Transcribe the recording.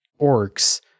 orcs